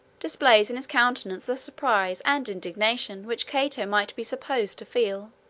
displays in his countenance the surprise and indignation which cato might be supposed to feel,